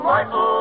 Michael